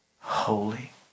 holy